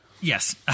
Yes